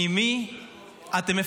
ממי אתם מפחדים?